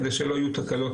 כרגע אנחנו מדברים על ההקלות.